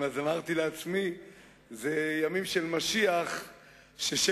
אז אמרתי לעצמי שאלה ימים של משיח ששלי